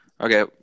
Okay